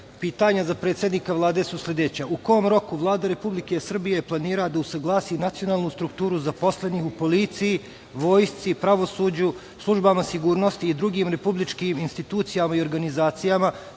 za predsednika Vlade su sledeća – u kom roku Vlada Republike Srbije planira da usaglasi nacionalnu strukturu zaposlenih u policiji, vojsci, pravosuđu, službama sigurnosti i drugim republičkim institucijama i organizacijama